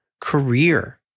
career